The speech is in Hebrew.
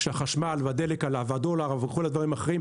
כשהחשמל והדלק עלה והדולר וכל הדברים האחרים,